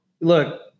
look